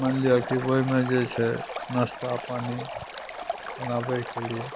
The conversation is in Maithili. मानि लिअऽ कि ओहिमे जे छै नाश्ता पानी बनाबैके लिए